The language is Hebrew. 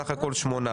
סך הכול שמונה.